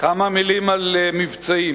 כמה מלים על מבצעים: